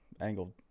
angled